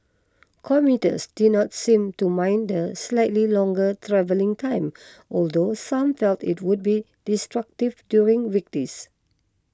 commuters did not seem to mind the slightly longer travelling time although some felt it would be disruptive during weekdays